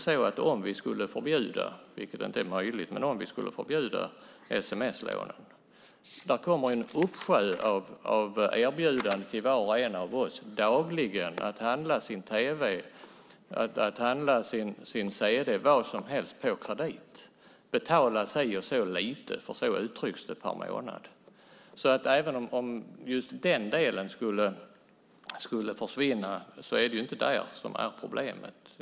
Även om vi skulle förbjuda sms-lån, vilket inte är möjligt, kommer det dagligen en uppsjö erbjudanden till var och en av oss om att handla tv-apparat eller cd-spelare på kredit. Betala si och så lite per månad, uttrycks det som. Även om sms-lånen skulle försvinna kvarstår problemet.